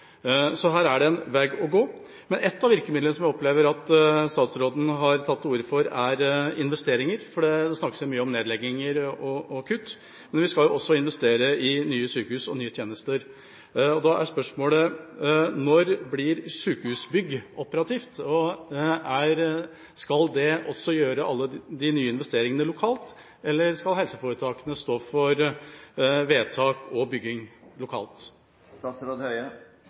Så her er det en vei å gå. Men ett av virkemidlene som jeg opplever at statsråden har tatt til orde for, er investeringer. Det snakkes mye om nedlegginger og kutt, men vi skal jo også investere i nye sykehus og nye tjenester. Da er spørsmålet: Når blir sykehusbygg operativt? Skal det også gjøre alle de nye investeringene lokalt, eller skal helseforetakene stå for vedtak og bygging lokalt?